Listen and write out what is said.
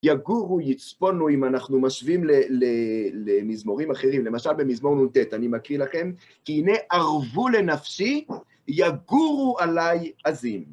יגורו, יצפונו, אם אנחנו משווים למזמורים אחרים, למשל, במזמור נ"ט, אני מקריא לכם, כי הנה ארבו לנפשי, יגורו עליי עזים.